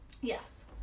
Yes